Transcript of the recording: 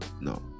No